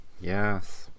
yes